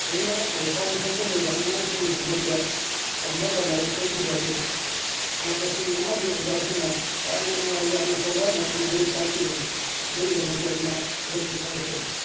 ꯑꯩꯅ ꯑꯣꯔꯐꯥꯟ ꯍꯣꯝꯗ ꯂꯩꯕ ꯑꯉꯥꯡꯁꯤꯡꯒꯤ ꯗꯃꯛꯇ ꯇꯝꯅꯕ ꯂꯥꯏꯔꯤꯛ ꯂꯩꯈꯤꯕ ꯑꯗꯨ ꯁꯥꯇ꯭ꯔꯁꯤꯡ ꯑꯃꯗꯤ ꯑꯣꯖꯥꯁꯤꯡꯅ ꯌꯥꯝꯅ ꯅꯨꯡꯉꯥꯏ ꯌꯥꯝꯅ ꯐꯕ ꯂꯥꯏꯔꯤꯛꯅꯤ ꯍꯥꯏꯅ ꯇꯥꯛꯄꯤꯔꯛꯏ ꯑꯗꯨꯒꯤꯗꯃꯛꯇ ꯑꯩꯅ ꯑꯗꯣꯝꯕꯨ ꯊꯥꯒꯠꯆꯔꯤ